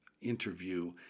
interview